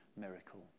miracle